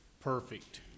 perfect